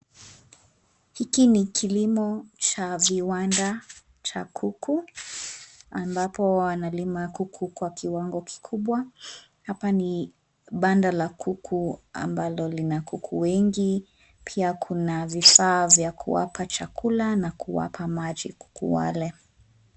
Hiki ni kilimo cha viwanda cha kuku, ambapo wanalima kuku kwa kiwango kikubwa. Hapa ni banda la kuku ambalo lina kuku wengi. Pia kuna vifaa vya kuwapa chakula na kuwapa maji kuku wale.